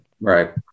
Right